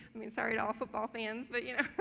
i mean sorry to all football fans. but you know,